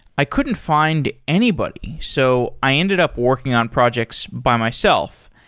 i couldn't find anybody. so, i ended up working on projects by myself.